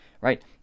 right